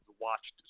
watched